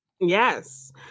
Yes